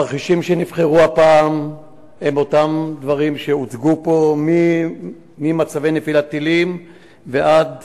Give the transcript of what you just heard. התרחישים שנבחרו הפעם הם אותם דברים שהוצגו פה: ממצבי נפילת טילים ועד